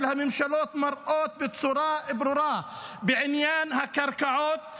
הממשלות מראות בצורה ברורה בעניין הקרקעות,